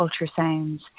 ultrasounds